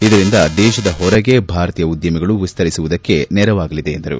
ಇದರಿಂದ ದೇಶದ ಹೊರಗೆ ಭಾರತೀಯ ಉದ್ಭಮಗಳು ವಿಸ್ತರಿಸುವುದಕ್ಕೆ ನೆರವಾಗಲಿದೆ ಎಂದರು